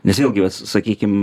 nes vėlgi vat sakykim